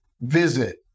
visit